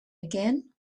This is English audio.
again